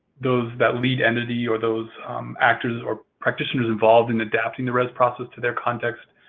those that lead entity or those actors or practitioners involved in adapting the rez process to their context